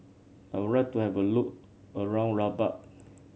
I would like to have a look around Rabat